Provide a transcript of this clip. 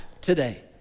today